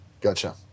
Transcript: gotcha